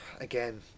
again